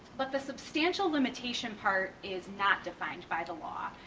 but the substantial limitation part is not defined by the law.